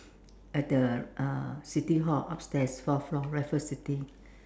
at the uh city hall upstairs fourth floor Raffles City